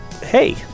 hey